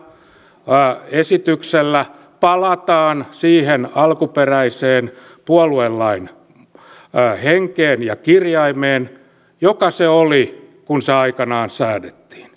tällä esityksellä palataan siihen alkuperäiseen puoluelain henkeen ja kirjaimeen joka se oli kun se aikanaan säädettiin